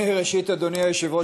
אדוני היושב-ראש,